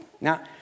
Now